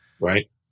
Right